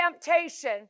temptation